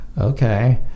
okay